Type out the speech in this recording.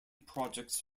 projects